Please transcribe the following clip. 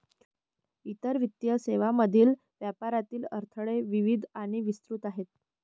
इतर वित्तीय सेवांमधील व्यापारातील अडथळे विविध आणि विस्तृत आहेत